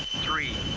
three,